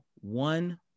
one